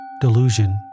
Delusion